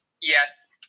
yes